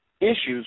issues